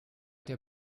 der